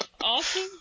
Awesome